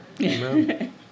Amen